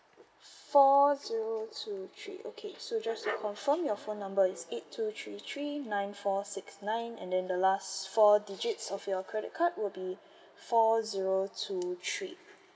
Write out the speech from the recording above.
four zero two three okay so just to confirm your phone number is eight two three three nine four six nine and then the last four digits of your credit card will be four zero two three